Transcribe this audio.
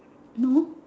no